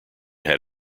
had